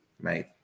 mate